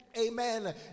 amen